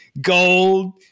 Gold